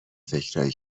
فکرایی